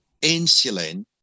insulin